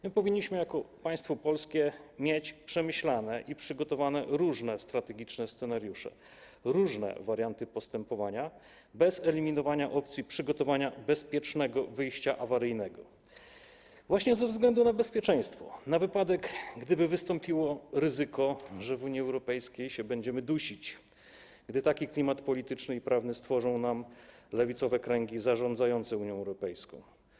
My jako państwo polskie powinniśmy mieć przemyślane i przygotowane różne strategiczne scenariusze, różne warianty postępowania, bez eliminowania opcji przygotowania bezpiecznego wyjścia awaryjnego, właśnie ze względu na bezpieczeństwo, na wypadek, gdyby wystąpiło ryzyko, że w Unii Europejskiej będziemy się dusić, gdy taki klimat polityczny i prawny stworzą nam lewicowe kręgi zarządzające Unią Europejską.